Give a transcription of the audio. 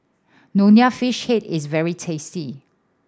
Nonya Fish Head is very tasty